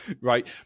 right